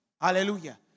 hallelujah